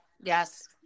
Yes